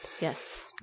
Yes